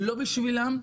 לא בשבילם,